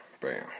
Bam